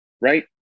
right